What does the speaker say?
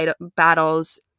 battles